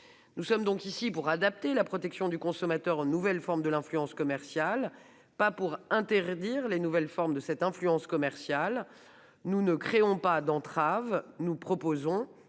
Nous sommes donc ici pour adapter la protection du consommateur aux nouvelles formes de l'influence commerciale pas pour interdire les nouvelles formes de cette influence commerciale, nous ne créons pas d'entrave. Nous proposons